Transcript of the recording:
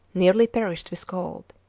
nearly perished with cold.